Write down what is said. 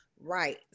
right